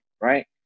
right